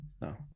No